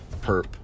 perp